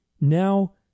Now